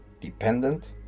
dependent